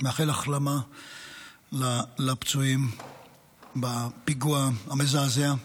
מאחל החלמה לפצועים בפיגוע המזעזע,